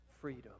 freedom